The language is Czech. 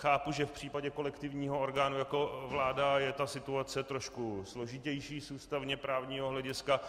Chápu, že v případě kolektivního orgánu jako vláda je ta situace trošku složitější z ústavněprávního hlediska.